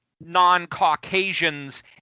non-Caucasians